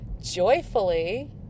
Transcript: joyfully